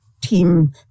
team